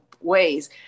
ways